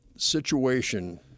situation